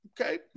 Okay